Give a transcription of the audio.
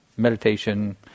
meditation